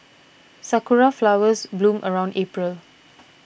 sakura flowers bloom around April